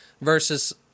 versus